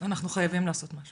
אנחנו חייבים לעשות משהו.